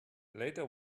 later